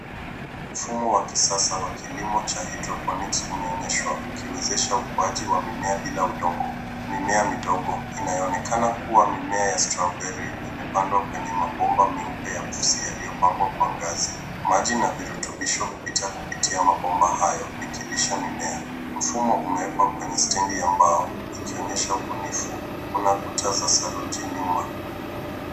Mfumo wa kisasa wa kilimo cha hydroponics umeonyeshwa ukiwezesha ukuaji wa mimea bila udongo. Mimea midogo inayoonekana kuwa mimea ya strawberry imepandwa kwenye mabomba meupe yaliyopangwa kwa ngazi. Maji na virutubisho hupita kupitia mabomba hayo ikilisha mimea. Mfumo umewekwa kwenye stendi ya mbao ikionyesha ubunifu. Kuna kuta za saruji nyuma.